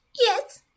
Yes